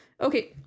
Okay